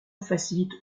facilite